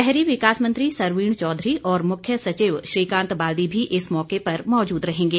शहरी विकास मंत्री सरवीण चौधरी और मुख्य सचिव श्रीकांत बाल्दी भी इस मौके पर मौजूद रहेंगे